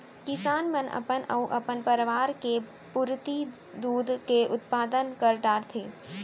किसान मन अपन अउ अपन परवार के पुरती दूद के उत्पादन कर डारथें